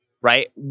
right